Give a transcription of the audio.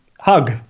Hug